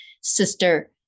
sister